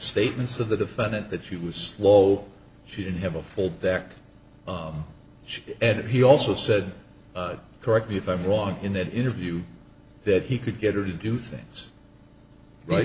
statements of the defendant that she was slow she didn't have a full deck she added he also said correct me if i'm wrong in that interview that he could get her to do things right